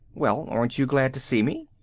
well, aren't you glad to see me?